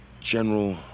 general